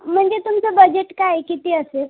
म्हणजे तुमचं बजेट काय आहे किती असेल